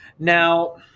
now